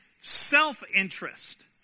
self-interest